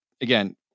again